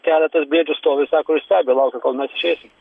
keletas briedžių stovi sako ir stebi laukia kol mes išeisim